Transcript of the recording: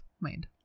made